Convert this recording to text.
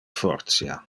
fortia